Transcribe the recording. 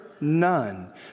None